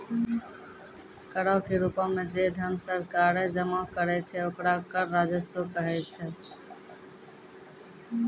करो के रूपो मे जे धन सरकारें जमा करै छै ओकरा कर राजस्व कहै छै